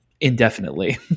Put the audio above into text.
indefinitely